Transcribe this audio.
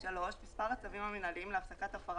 (3)מספר הצווים המינהליים להפסקת הפרה